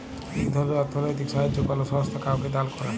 ইক ধরলের অথ্থলৈতিক সাহাইয্য কল সংস্থা কাউকে দাল ক্যরে